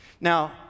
Now